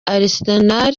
arsenal